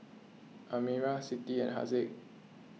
Amirah Siti and Haziq